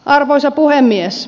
arvoisa puhemies